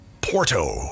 Porto